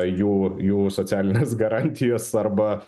jų jų socialinės garantijos arba